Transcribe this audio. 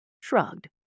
shrugged